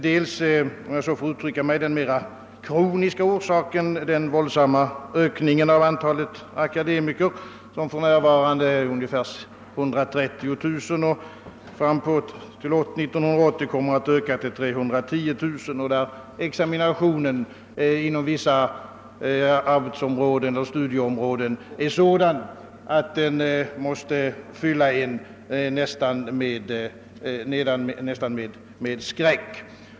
Först har vi det mera kroniska förhållandet att antalet akademiker ökar våldsamt. För närvarande finns det omkring 130 000 akademiker och fram till 1980 kommer antalet att öka till 310 000. Examinationen inom vissa arbetsoch studieområden är sådan att den nästan inger skräck.